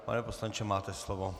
Pane poslanče, máte slovo.